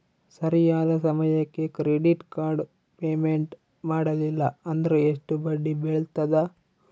ಸರಿಯಾದ ಸಮಯಕ್ಕೆ credit card payment ಮಾಡಲಿಲ್ಲ ಅಂದ್ರೆ ಎಷ್ಟು ಬಡ್ಡಿ ಬೇಳ್ತದ?